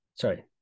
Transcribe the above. Sorry